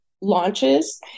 launches